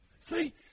See